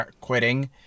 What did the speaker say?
quitting